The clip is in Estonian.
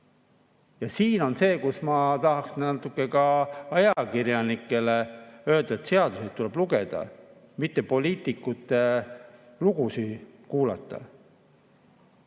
Siin on see kohta, kus ma tahaksin natuke ka ajakirjanikele öelda, et seadust tuleb lugeda, mitte poliitikute lugusid kuulata.